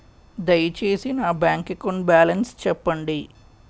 దయచేసి నా bank account balance చెప్పండి